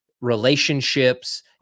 relationships